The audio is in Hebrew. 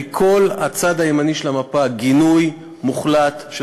מכל הצד הימני של המפה יש גינוי מוחלט של